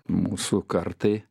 mūsų kartai